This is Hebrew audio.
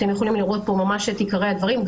אתם יכולים לראות פה ממש את עיקרי הדברים.